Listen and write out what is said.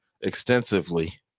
extensively